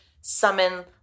summon